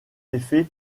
effet